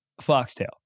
Foxtail